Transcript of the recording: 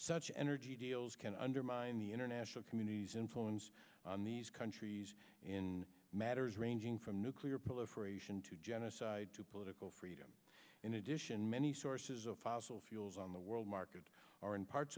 such energy deals can undermine the international community's influence on these countries in matters ranging from nuclear proliferation to genocide to political freedom in addition many sources apostle fuels on the world market are in parts